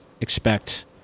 expect